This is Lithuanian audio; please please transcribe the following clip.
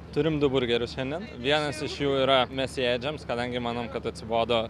turim du burgerius šiandien vienas iš jų yra mėsėdžiams kadangi manom kad atsibodo